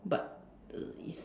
but uh it's